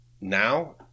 Now